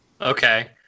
Okay